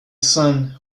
son